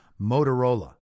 Motorola